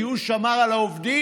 כי הוא שמר על העובדים,